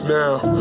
now